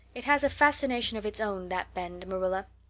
it has a fascination of its own, that bend, marilla.